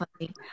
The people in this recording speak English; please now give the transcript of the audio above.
funny